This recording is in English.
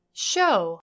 Show